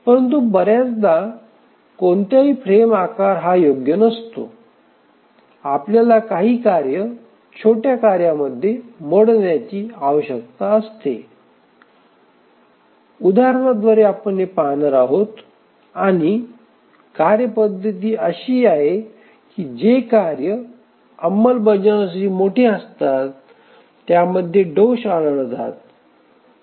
परंतु बर्याचदा कोणत्याही फ्रेम आकार योग्य नसतो आपल्याला काही कार्य छोट्या कार्यामध्ये मोडण्याची आवश्यकता असते उदाहरणाद्वारे आपण हे पाहणार आहोत आणि कार्यपद्धती अशी आहे की जे कार्य अंमलबजावणीसाठी मोठे असतात त्यामध्ये दोष आढळतात